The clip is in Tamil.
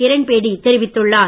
கிரண்பேடி தெரிவித்துள்ளார்